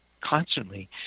constantly